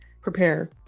prepare